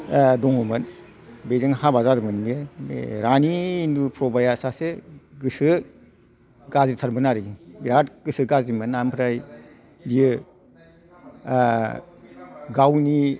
ओह दङमोन बेजों हाबा जादोंमोन बियो रानि इन्द्रुफ्रभाया सासे गोसो गाज्रिथारमोन आरोखि बिराद गोसो गाज्रिमोन ओमफ्राय बियो ओह गावनि